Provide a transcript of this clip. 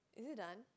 is it done